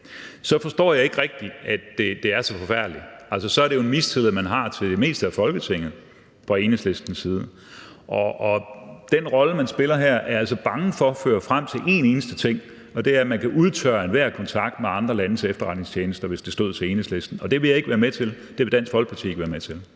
Jeg forstår jeg ikke rigtig, hvorfor det er så forfærdeligt. Altså, så er det jo en mistillid, man har, til det meste af Folketinget fra Enhedslistens side. Og den rolle, man spiller her, er jeg altså bange for fører frem til en eneste ting, og det er, at man kan udtørre enhver kontakt med andre landes efterretningstjenester, hvis det stod til Enhedslisten, og det vil jeg ikke være med til; det vil Dansk Folkeparti ikke være med til.